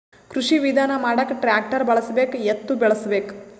ಕೃಷಿ ವಿಧಾನ ಮಾಡಾಕ ಟ್ಟ್ರ್ಯಾಕ್ಟರ್ ಬಳಸಬೇಕ, ಎತ್ತು ಬಳಸಬೇಕ?